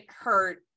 hurt